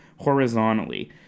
horizontally